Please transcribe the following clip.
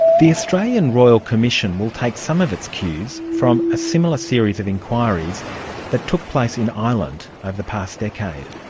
the australian royal commission will take some of its cues from a similar series of inquiries that took place in ireland over the past decade.